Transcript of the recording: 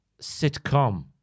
sitcom